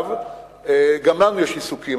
גם לנו יש עיסוקים,